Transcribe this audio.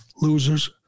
Losers